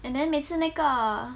and then 每次那个